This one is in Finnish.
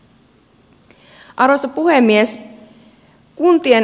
arvoisa puhemies